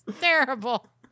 terrible